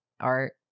art